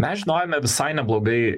mes žinojome visai neblogai